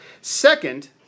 Second